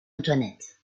antoinette